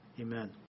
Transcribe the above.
Amen